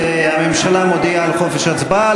הממשלה מודיעה על חופש הצבעה,